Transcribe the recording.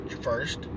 first